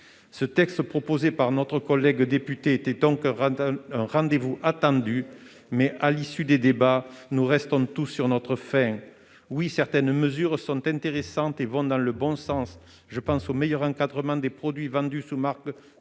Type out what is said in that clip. Le texte proposé par notre collègue député était donc un rendez-vous attendu. Mais, à l'issue des débats, nous restons tous sur notre faim ! Oui, certaines mesures sont intéressantes et vont dans le bon sens, comme le meilleur encadrement des produits vendus sous marque de